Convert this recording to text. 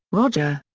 roger.